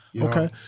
Okay